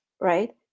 right